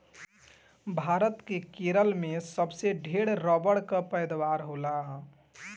भारत के केरल में सबसे ढेर रबड़ कअ पैदावार होला